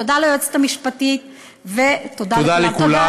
תודה ליועצת המשפטית ותודה לכולם.